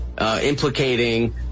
implicating